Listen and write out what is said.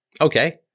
Okay